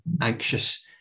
anxious